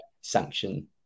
sanction